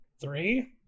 Three